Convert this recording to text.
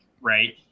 right